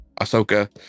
ahsoka